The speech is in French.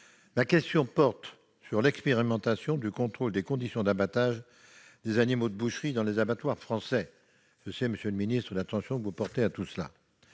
Ma question porte sur l'expérimentation du contrôle des conditions d'abattage des animaux de boucherie dans les abattoirs français. Monsieur le ministre, je sais l'attention que vous accordez à ce